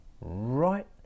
right